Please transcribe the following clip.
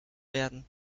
werden